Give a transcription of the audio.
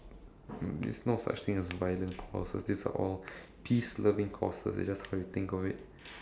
mm there's no such thing as violent courses these are all peace loving courses it's just how you think of it